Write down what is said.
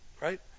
right